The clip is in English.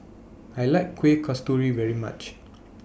I like Kuih Kasturi very much